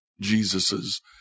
Jesus's